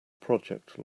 project